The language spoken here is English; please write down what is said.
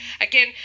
again